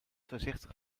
voorzichtig